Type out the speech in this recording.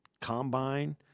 combine